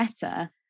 better